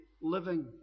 living